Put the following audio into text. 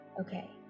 Okay